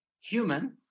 human